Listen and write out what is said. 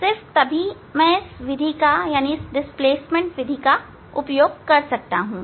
सिर्फ तभी मैं इस विस्थापन विधि का उपयोग कर सकता हूं